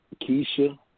Keisha